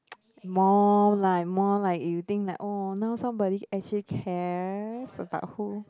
more like more like you think that oh now somebody actually cares about who